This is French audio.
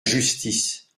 justice